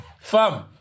Fam